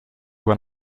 when